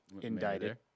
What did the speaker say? Indicted